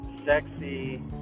sexy